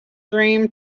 dream